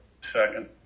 Second